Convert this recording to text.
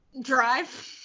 Drive